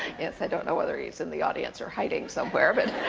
yes, i don't know whether he's in the audience or hiding somewhere. but